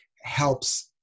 helps